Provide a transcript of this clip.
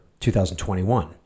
2021